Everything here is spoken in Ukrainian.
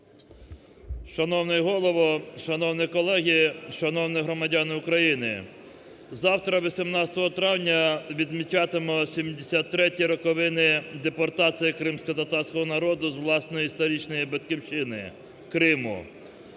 Шановний Голово, шановні колеги, шановні громадяни України! Завтра, 18 травня, відмічатимуться 73 роковини депортації кримськотатарського народу з власної історичної Батьківщини – Криму.